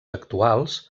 actuals